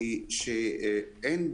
בשלושת החודשים האחרונים לפחות ארבע חברות